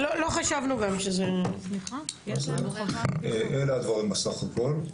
לא חשבנו גם שזה --- אלה הדברים בסך הכול.